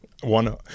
One